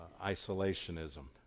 isolationism